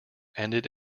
ended